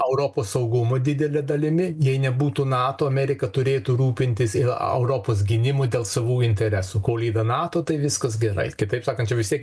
europos saugumo didele dalimi jei nebūtų nato amerika turėtų rūpintis ir europos gynimu dėl savų interesų kol ji be nato tai viskas gerai kitaip sakant čia vis tiek